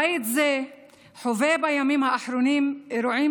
בית זה חווה בימים האחרונים אירועים